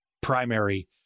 primary